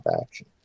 action